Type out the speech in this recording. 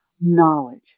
knowledge